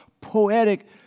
poetic